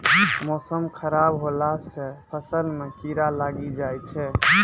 मौसम खराब हौला से फ़सल मे कीड़ा लागी जाय छै?